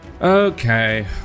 Okay